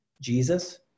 Jesus